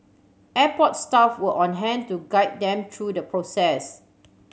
airport staff were on hand to guide them true the process